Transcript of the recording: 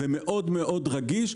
מאוד מאוד רגיש,